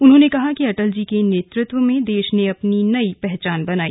उन्होंने कहा कि अटल जी के नेतृत्व में देश ने अपनी नयी पहचान बनाई